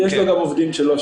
יש לו גם עובדים שלו.